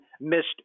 missed